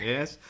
Yes